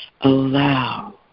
Allow